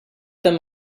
them